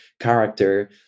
character